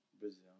Brazil